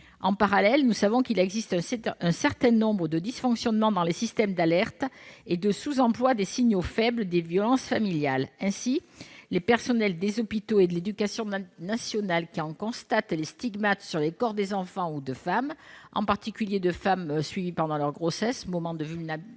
En parallèle, nous savons qu'il existe un certain nombre de dysfonctionnements dans les systèmes d'alerte et que les signaux faibles des violences familiales ne sont pas utilisés comme il le faudrait. Ainsi, les personnels des hôpitaux et de l'éducation nationale qui en constatent les stigmates sur les corps des enfants ou des femmes, en particulier celles qui sont suivies pendant leur grossesse, moment de vulnérabilité